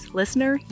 listener